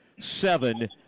seven